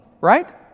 right